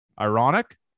Ironic